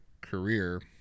career